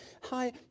Hi